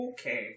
okay